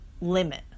limit